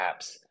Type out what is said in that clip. apps